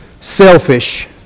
selfish